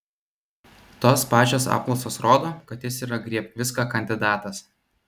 tos pačios apklausos rodo kad jis yra griebk viską kandidatas